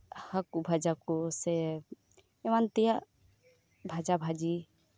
ᱦᱟᱠᱳ ᱵᱷᱟᱡᱟᱠᱚ ᱥᱮ ᱮᱢᱟᱱ ᱛᱮᱭᱟᱜ ᱵᱷᱟᱡᱟ ᱵᱷᱟᱹᱡᱤ